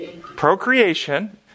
Procreation